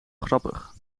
grappig